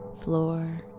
floor